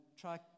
try